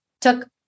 took